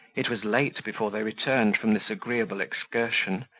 it was late before they returned from this agreeable excursion,